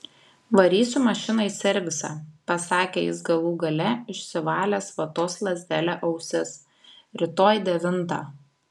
varysiu mašiną į servisą pasakė jis galų gale išsivalęs vatos lazdele ausis rytoj devintą